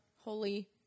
holy